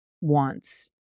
wants